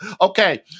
Okay